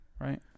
right